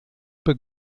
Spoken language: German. ebbe